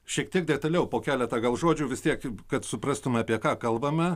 šiek tiek detaliau po keletą gal žodžių vis tiek kad suprastume apie ką kalbame